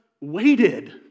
waited